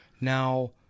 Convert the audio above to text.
Now